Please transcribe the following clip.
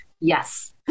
Yes